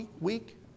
week